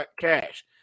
cash